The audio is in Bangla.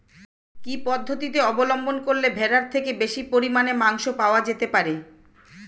কি পদ্ধতিতে অবলম্বন করলে ভেড়ার থেকে বেশি পরিমাণে মাংস পাওয়া যেতে পারে?